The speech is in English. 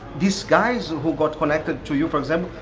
these guys, who got connected to you for example,